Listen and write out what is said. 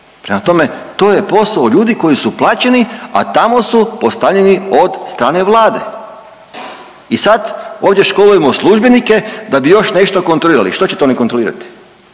Prema tome to je posao ljudi koji su plaćeni a tamo su postavljeni od strane Vlade. I sada ovdje školujemo službenike da bi još nešto kontrolirati. Što će to oni kontrolirati?